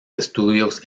estudios